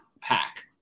pack